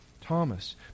Thomas